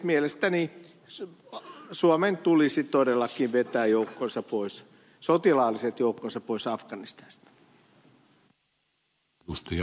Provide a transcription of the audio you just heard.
mielestäni suomen tulisi todellakin vetää sotilaalliset joukkonsa pois afganistanista